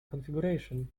configuration